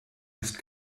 ist